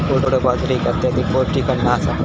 कोडो बाजरी एक अत्यधिक पौष्टिक अन्न आसा